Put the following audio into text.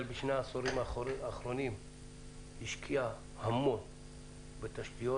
בשני העשורים האחרונים השקיעה המון בתשתיות.